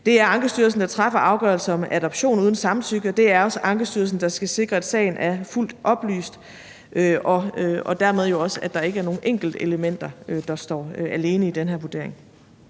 Det er Ankestyrelsen, der træffer afgørelse om adoption uden samtykke, og det er også Ankestyrelsen, der skal sikre, at sagen er fuldt oplyst og dermed jo også, at der ikke er nogle enkeltelementer, der står alene i den her vurdering.